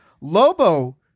Lobo